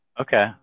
okay